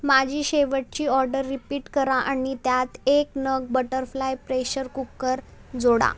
माझी शेवटची order repeat करा आणि त्यात एक नग बटरफ्लाय प्रेशर कुकर जोडा